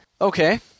Okay